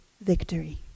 victory